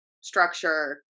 structure